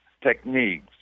techniques